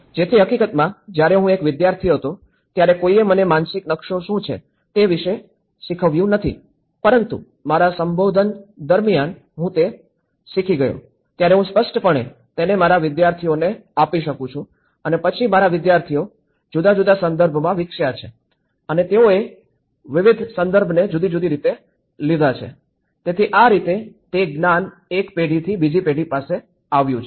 જેથી હકીકતમાં જ્યારે હું એક વિદ્યાર્થી હતો ત્યારે કોઈએ મને માનસિક નકશો શું છે તે વિશે શીખવ્યું નથી પરંતુ મારા સંશોધન દરમિયાન હું તે શીખી ગયો ત્યારે હું સ્પષ્ટપણે તેને મારા વિદ્યાર્થીઓને આપી શકું છું અને પછી મારા વિદ્યાર્થીઓ જુદા જુદા સંદર્ભમાં વિકસ્યા છે અને તેઓએ વિવિધ સંદર્ભોને જુદી જુદી રીતે લીધા છે તેથી આ રીતે તે જ્ઞાન એક પેઢીથી બીજી પેઢીથી પાસે આવ્યું છે